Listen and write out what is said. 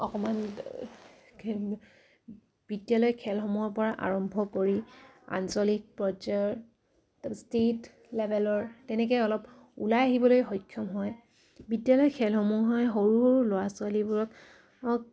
অকমান বিদ্যালয় খেলসমূহৰ পৰা আৰম্ভ কৰি আঞ্চলিক পৰ্যায়ৰ তাৰ ষ্টেট লেভেলৰ তেনেকে অলপ ওলাই আহিবলৈ সক্ষম হয় বিদ্যালয় খেলসমূহে সৰু সৰু ল'ৰা ছোৱালীবোৰক